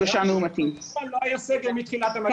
--- לא היה סגר מתחילת המגפה.